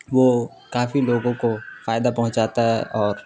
وہ کافی لوگوں کو فائدہ پہنچاتا ہے اور